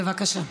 בבקשה.